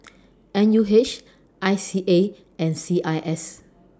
N U H I C A and C I S